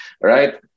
right